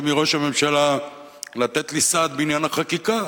מראש הממשלה לתת לי סעד בעניין החקיקה,